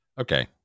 okay